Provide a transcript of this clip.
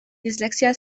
dislexia